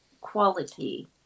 quality